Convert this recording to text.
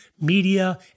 media